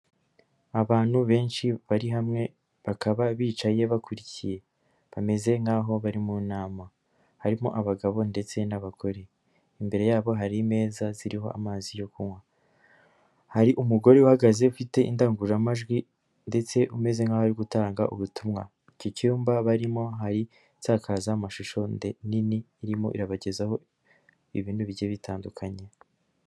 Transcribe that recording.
Abantu benshi bari hamwe bakaba bicaye bakurikiye bameze nk'aho bari mu nama harimo abagabo ndetse n'abagore, imbere yabo hari imeza ziriho amazi yo kunywa, hari umugore uhagaze ufite indangururamajwi ndetse umeze nk'aho ari gutanga ubutumwa, iki cyumba barimo hari insakazamashusho nini irimo irabagezaho ibindi bigiye bitandukanye.